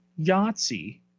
Yahtzee